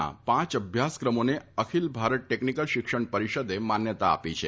ના પાંચ અભ્યાસક્રમોને અખિલ ભારત ટેકનિકલ શિક્ષણ પરિષદે માન્યતા આપી છે